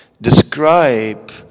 describe